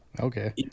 Okay